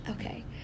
Okay